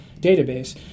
database